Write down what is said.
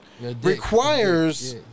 requires